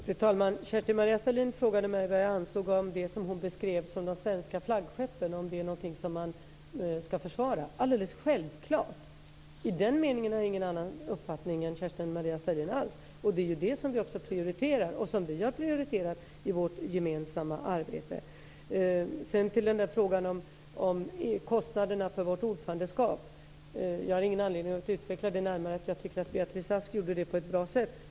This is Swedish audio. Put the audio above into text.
Fru talman! Kerstin-Maria Stalin frågade mig vad jag anser om det som hon beskrev som de svenska flaggskeppen, om det är något som man ska försvara. Det ska vi alldeles självklart. I den meningen har jag inte alls någon annan uppfattning än Kerstin-Maria Stalin. Det är det som vi också prioriterar och som vi har prioriterat i vårt gemensamma arbete. Sedan när det gäller frågan om kostnaderna för vårt ordförandeskap har jag ingen anledning att utveckla det närmare. Jag tycker att Beatrice Ask gjorde det på ett bra sätt.